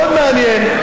מאוד מעניין.